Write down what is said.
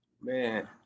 Man